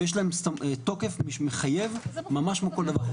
ויש להם תוקף מחייב ממש כמו כל דבר.